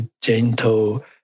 gentle